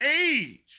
age